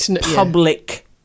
public